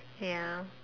ya